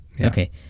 Okay